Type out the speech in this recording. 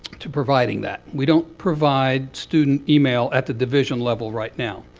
to providing that. we don't provide student email at the division level right now,